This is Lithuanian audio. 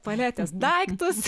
paletęs daiktus